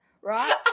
right